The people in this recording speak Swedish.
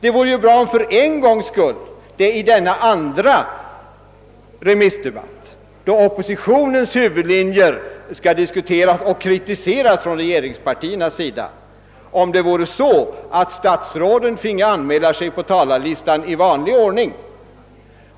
Det vore bra om för en gångs skull i denna andra remissdebatt, då oppositionens huvudlinjer skulle diskuteras och kritiseras från regeringspartiets sida, statsråden finge anmäla sig på talarlistan i vanlig ordning,